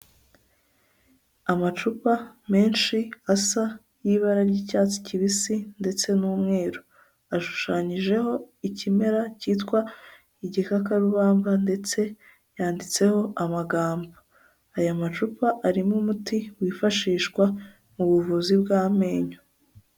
Amacupa menshi asa y'ibara ry'icyatsi kibisi ndetse n'umweru ashushanyijeho ikimera cyitwa igikakarubamba ndetse yanditseho amagambo, aya macupa arimo umuti wifashishwa mu buvuzi bw'amenyo.